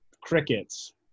crickets